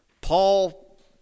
Paul